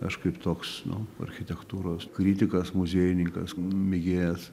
aš kaip toks nu architektūros kritikas muziejininkas mėgėjas